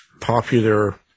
popular